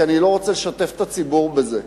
כי אני לא רוצה לשתף את הציבור בזה.